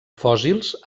fòssils